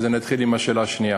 אתחיל עם השאלה השנייה.